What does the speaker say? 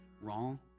wrong